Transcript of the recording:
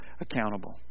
accountable